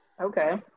Okay